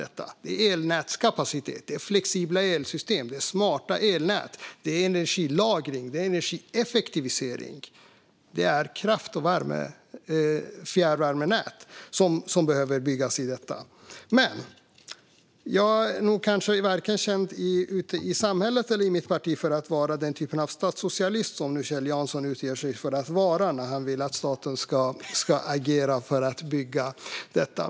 Det är elnätskapacitet, flexibla elsystem, smarta elnät, energilagring, energieffektivisering samt kraft och fjärrvärmenät som behöver byggas. Jag är nog inte vare sig i samhället eller i mitt parti känd för att vara den typ av statssocialist som Kjell Jansson utger sig för att vara när han vill att staten ska agera för att bygga detta.